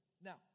Now